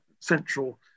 central